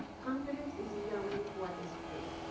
confidence is knowing what is true.